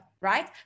right